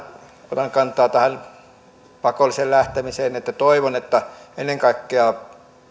otan kantaa tähän pakolliseen lähtemiseen että toivon että